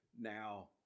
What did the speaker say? Now